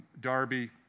Darby